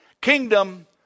Kingdom